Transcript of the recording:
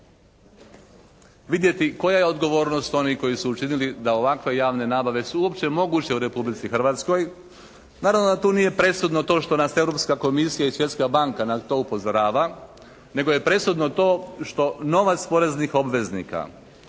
vidjeti koja je odgovornost onih koji su učinili da ovakve javne nabave su uopće moguće u Republici Hrvatskoj. Naravno da tu nije presudno to što nas Europska komisija i Svjetska banka na to upozorava nego je presudno to što novac poreznih obveznika,